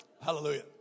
hallelujah